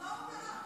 זאת המטרה.